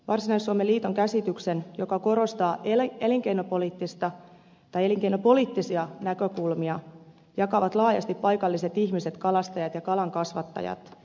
varsinais suomen liiton käsityksen joka korostaa elinkeinopoliittisia näkökulmia jakavat laajasti paikalliset ihmiset kalastajat ja kalankasvattajat